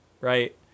right